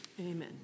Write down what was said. amen